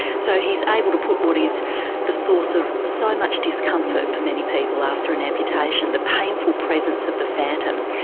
so he's able to put what is the source of so much discomfort for many people after an amputation, the painful presence of the phantom,